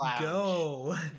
go